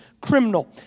criminal